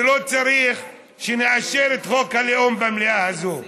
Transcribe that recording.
שלא צריך שנאשר את חוק הלאום במליאה הזו.